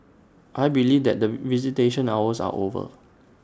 I believe that visitation hours are over